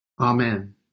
Amen